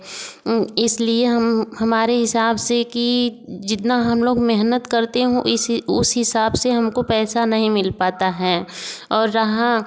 इसलिए हम हमारे हिसाब से कि जितना हम लोग मेहनत करते हो इसी उस हिसाब से हमको पैसा नहीं मिल पाता है और रहा